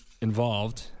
involved